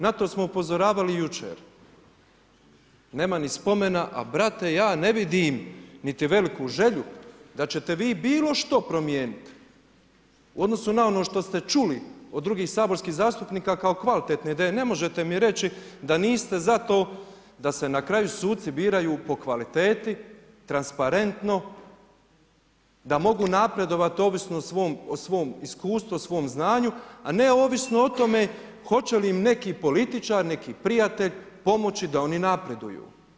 Na to smo upozoravali jučer. nema ni spomena, a brate ja ne vidim niti veliku želju da ćete vi bilo što promijeniti u odnosu na ono što ste čuli od drugih saborskih zastupnika kao kvalitetne ideje, ne možete mi reći da niste za to, da se na kraju suci biraju po kvaliteti, transparentno, da mogu napredovati ovisno o svom iskustvu, svom znanju a ne ovisno o tome hoće li im neki političar, neki prijatelj pomoći da napreduju.